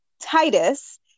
Titus